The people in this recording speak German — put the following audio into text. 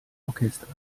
orchesters